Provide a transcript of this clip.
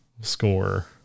score